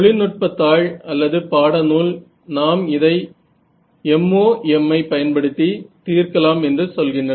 தொழில்நுட்பத் தாள் அல்லது பாடநூல் நாம் இதை MoM ஐ பயன்படுத்தி தீர்க்கலாம் என்று சொல்கின்றன